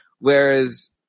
Whereas